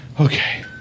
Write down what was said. Okay